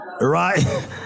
Right